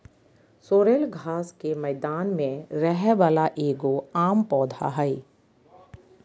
sorrel घास के मैदान में रहे वाला एगो आम पौधा हइ